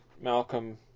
Malcolm